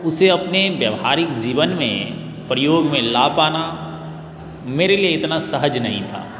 उसे अपने व्यवहारिक जीवन में प्रयोग में ला पाना मेरे लिए इतना सहज नहीं था